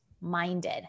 minded